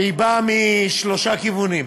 שהיא באה משלושה כיוונים.